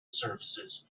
services